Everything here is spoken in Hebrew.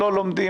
לא לומדים,